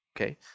Okay